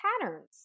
patterns